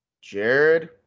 Jared